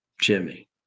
Jimmy